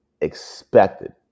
expected